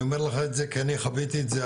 אני אומר לך את זה כי אני חוויתי את זה,